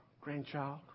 grandchild